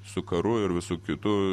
su karu ir visu kitu